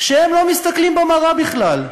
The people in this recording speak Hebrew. כשהם לא מסתכלים במראה בכלל.